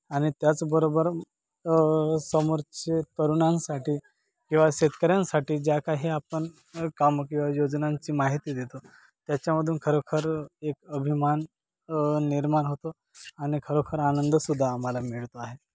आणि त्याचबरोबर समोरचे तरुणांसाठी किंवा शेतकऱ्यांसाठी ज्या काही आपण कामं किंवा योजनांची माहिती देतो त्याच्यामधून खरोखर एक अभिमान निर्माण होतो आणि खरोखर आनंदसुद्धा आम्हाला मिळत आहे